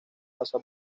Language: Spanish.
pasa